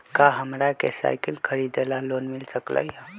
का हमरा के साईकिल खरीदे ला लोन मिल सकलई ह?